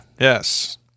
Yes